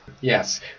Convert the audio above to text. yes